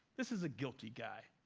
this is a guilty guy.